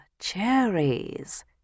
cherries